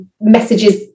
messages